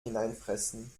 hineinfressen